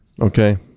Okay